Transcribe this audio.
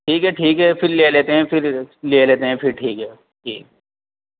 ٹھیک ہے ٹھیک ہے پھر لے لیتے ہیں پھر لے لیتے ہیں پھر ٹھیک ہے ٹھیک